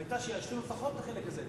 דעתי היתה שיאשרו לפחות את החלק הזה,